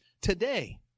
today